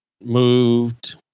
moved